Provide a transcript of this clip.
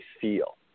feel